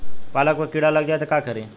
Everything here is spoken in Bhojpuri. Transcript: पालक पर कीड़ा लग जाए त का करी?